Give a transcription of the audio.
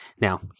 Now